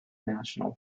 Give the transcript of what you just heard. national